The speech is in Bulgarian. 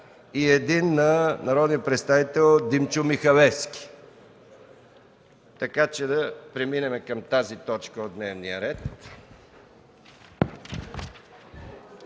и един на народния представител Димчо Михалевски. Да преминем към тази точка от дневния ред.